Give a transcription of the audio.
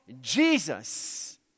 Jesus